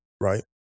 right